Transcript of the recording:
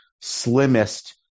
slimmest